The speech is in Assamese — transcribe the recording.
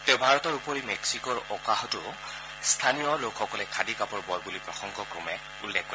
তেওঁ ভাৰতৰ উপৰি মেক্সিকোৰ অ'হাকাতো স্থানীয় লোকসকলে খাদী কাপোৰ বয় বুলি প্ৰসংগক্ৰমে উল্লেখ কৰে